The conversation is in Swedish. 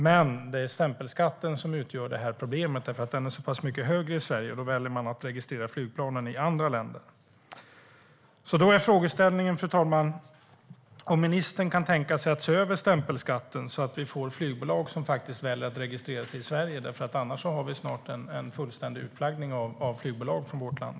Men det är stämpelskatten som utgör problemet, för den är så pass mycket högre i Sverige, och då väljer man att registrera flygplanen i andra länder. Då är frågeställningen, fru talman, om ministern kan tänka sig att se över stämpelskatten så att flygbolag faktiskt väljer att registrera sig i Sverige. Annars har vi snart en fullständig utflaggning av flygplan från vårt land.